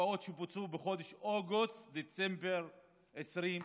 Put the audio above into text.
הקפאות שבוצעו בחודשים אוגוסט דצמבר 2021: